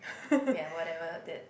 ya whatever that